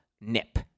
nip